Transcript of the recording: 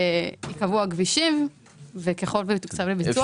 ייקבעו הכבישים וככל שהוא יתוקצב לביצוע הוא גם יבוצע.